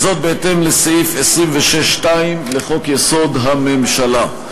בהתאם לסעיף 26(2) לחוק-יסוד: הממשלה.